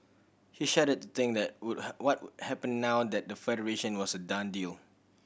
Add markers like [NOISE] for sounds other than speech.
he shuddered think that would [UNINTELLIGIBLE] what would happen now that the Federation was a done deal